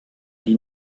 die